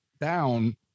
down